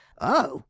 oh,